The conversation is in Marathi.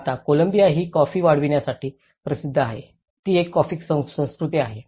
आता कोलंबिया ही कॉफी वाढविण्यासाठी प्रसिद्ध आहे ती एक कॉफी संस्कृती आहे